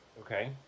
Okay